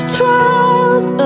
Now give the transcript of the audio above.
trials